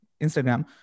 Instagram